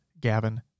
Gavin